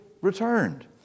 returned